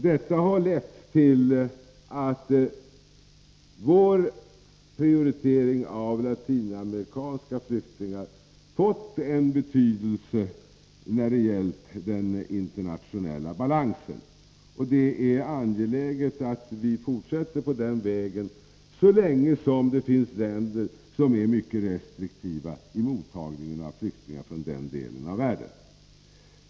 Detta har lett till att vår prioritering av Latinamerikanska flyktingar fått en betydelse när det gällt den internationella balansen, och det är angeläget att vi fortsätter på den vägen så länge det finns länder som är mycket restriktiva när det gäller mottagning av flyktingar från denna del av världen.